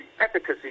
efficacy